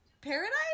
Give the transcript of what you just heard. paradise